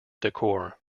decor